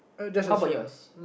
how about yours